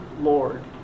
Lord